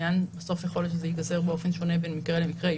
בסוף יכול להיות שזה ייגזר באופן שונה בין מקרה למקרה.